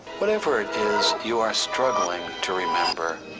whatever it is you are struggling to remember,